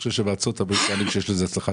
אני חושב שבארצות הברית טוענים שיש לזה הצלחה